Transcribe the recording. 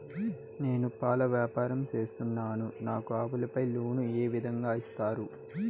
నేను పాల వ్యాపారం సేస్తున్నాను, నాకు ఆవులపై లోను ఏ విధంగా ఇస్తారు